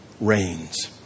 reigns